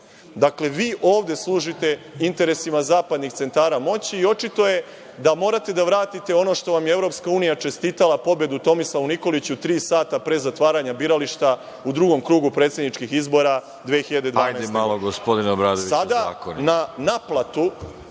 Dakle, vi ovde služite interesima zapadnih centara moći i očito je da morate da vratite ono što vam je EU čestitala pobedu Tomislavu Nikoliću tri sata pre zatvaranja birališta u drugom krugu predsedničkih izbora 2012. godine. Sada na naplatu